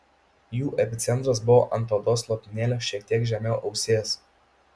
jų epicentras buvo ant odos lopinėlio šiek tiek žemiau ausies